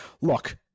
Look